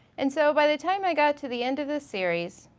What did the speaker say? and so by the time i got to the end of the series,